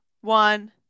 one